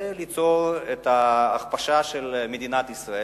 זה ליצור הכפשה של מדינת ישראל,